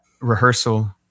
rehearsal